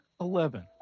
Eleven